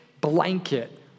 blanket